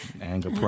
Anger